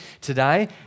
today